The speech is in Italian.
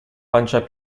pancia